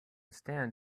stand